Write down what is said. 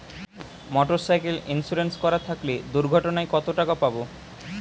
Motorcycle insurance করা থাকলে দুঃঘটনায় কতটাকা পাব?